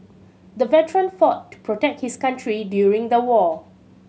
the veteran fought to protect his country during the war